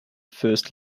first